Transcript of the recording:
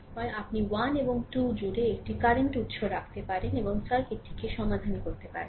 হয় আপনি 1 এবং 2 জুড়ে একটি কারেন্ট উত্স রাখতে পারেন এবং সার্কিটটি সমাধান করতে পারেন